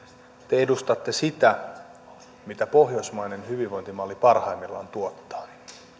te edustatte sitä mitä pohjoismainen hyvinvointimalli parhaimmillaan tuottaa